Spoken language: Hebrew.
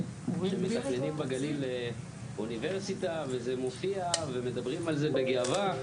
שמתכננים בגליל אוניברסיטה וזה מופיע ומדברים על זה בגאווה.